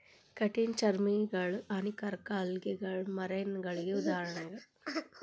ಕಠಿಣ ಚರ್ಮಿಗಳು, ಹಾನಿಕಾರಕ ಆಲ್ಗೆಗಳು ಮರೈನಗಳಿಗೆ ಉದಾಹರಣೆ